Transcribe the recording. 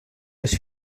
les